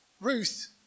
Ruth